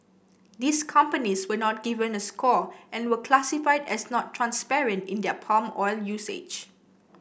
these companies were not given a score and were classified as not transparent in their palm oil usage